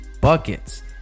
buckets